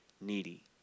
needy